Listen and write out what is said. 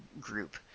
group